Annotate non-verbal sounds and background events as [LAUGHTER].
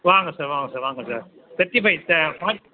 வாங்க சார் வாங்க சார் வாங்க சார் தர்ட்டி ஃபைவ் [UNINTELLIGIBLE] ஃபார்ட்